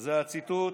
זה הציטוט